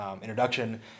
introduction